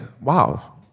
wow